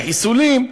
וחיסולים,